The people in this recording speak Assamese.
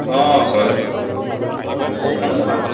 হয় হয় কওকচোন দাদা